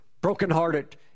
brokenhearted